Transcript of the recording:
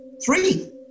Three